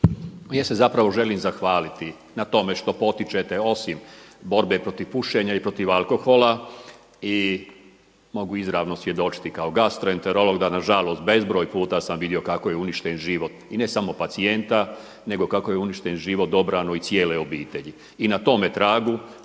Ja se zapravo želim zahvaliti na tome što potičete osim borbe protiv pušenja i protiv alkohola i mogu izravno svjedočiti kao gastroenterolog da na žalost bezbroj puta sam vidio kako je uništen život i ne samo pacijente, nego kako je uništen život dobrano i cijele obitelji.